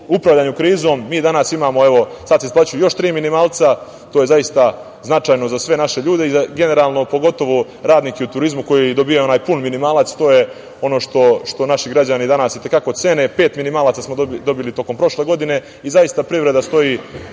upravljanju krizom. Mi danas imamo, evo, sad se isplaćuju još tri minimalca, to je zaista značajno za sve naše ljude, a generalno pogotovo za radnike u turizmu koji dobijaju onaj pun minimalac i to je ono što naši građani danas i te kako cene, pet minimalaca smo dobili tokom prošle godine i zaista privreda stoji